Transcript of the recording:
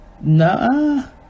no